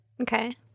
Okay